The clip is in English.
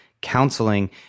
counseling